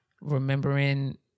remembering